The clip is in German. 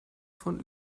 von